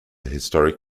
historic